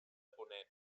ponent